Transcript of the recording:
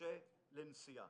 קשה לנשיאה.